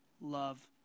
love